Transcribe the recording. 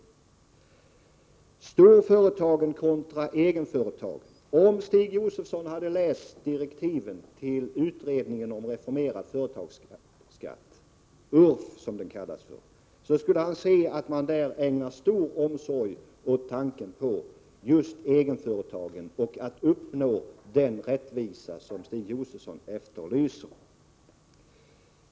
Så till frågan om storföretagen kontra egenföretagen. Om Stig Josefson hade läst direktiven till utredningen om reformering av företagsbeskattningen, kallad URF, skulle han se att man där ägnar stor omsorg åt just tanken på egenföretagen och möjligheten att uppnå den rättvisa som Stig Josefson efterlyser.